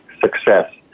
success